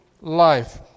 life